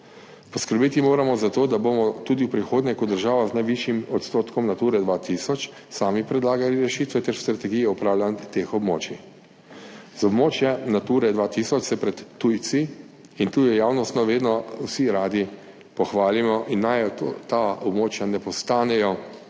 Poskrbeti moramo za to, da bomo tudi v prihodnje kot država z najvišjim odstotkom Nature 2000 sami predlagali rešitve ter strategijo upravljanja teh območij. Z območjem Nature 2000 se pred tujci in tujo javnostjo vedno vsi radi pohvalimo in naj ta območja ne postanejo